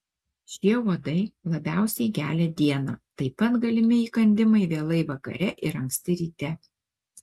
šie uodai labiausiai gelia dieną taip pat galimi įkandimai vėlai vakare ir anksti ryte